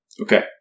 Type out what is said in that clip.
Okay